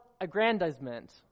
aggrandizement